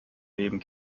leben